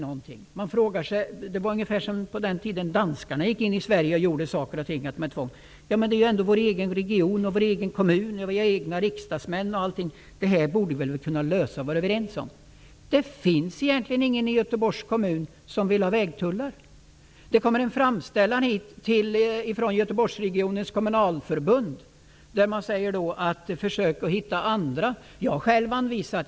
Det låter ungefär som när danskarna gick in i Sverige och gjorde saker och ting med tvång. Det handlar ju om vår egen region och vår egen kommun, och vi har egna riksdagsmän. Vi borde väl kunna lösa detta. Det finns egentligen ingen i Göteborgs kommun som vill ha vägtullar. Det har kommit en framställan från Göteborgsregionens kommunalförbund om att man skall försöka hitta andra lösningar.